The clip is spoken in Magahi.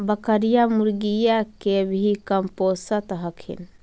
बकरीया, मुर्गीया के भी कमपोसत हखिन?